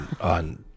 on